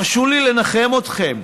הרשו לי לנחם אתכם,